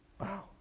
Wow